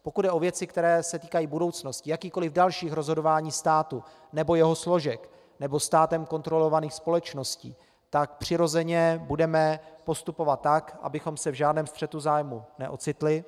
Pokud jde o věci, které se týkají budoucnosti a jakýchkoli dalších rozhodování státu nebo jeho složek nebo státem kontrolovaných společností, přirozeně budeme postupovat tak, abychom se v žádném střetu zájmů neocitli.